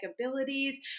abilities